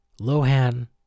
Lohan